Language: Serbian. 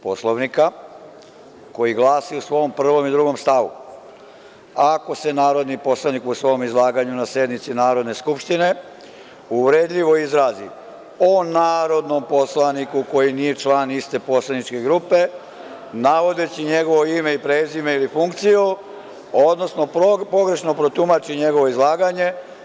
Poslovnika, koji glasi, u svom 1. i 2. stavu: „Ako se narodni poslanik na sednici Narodne skupštine uvredljivo izrazi o narodnom poslaniku koji nije član iste poslaničke grupe, navodeći njegovo ime i prezime ili funkciju, odnosno pogrešno protumači njegovo izlaganje.